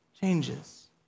changes